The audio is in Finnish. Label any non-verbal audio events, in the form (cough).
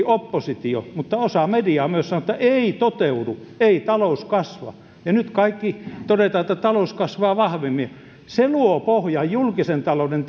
(unintelligible) oppositio mutta myös osa mediaa sanoi että ei toteudu ei talous kasva nyt kaikki toteamme että talous kasvaa vahvemmin se luo pohjaa julkisen talouden (unintelligible)